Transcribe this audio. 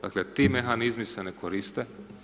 Dakle ti mehanizmi se ne koriste.